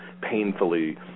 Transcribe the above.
painfully